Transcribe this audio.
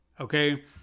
Okay